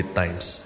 times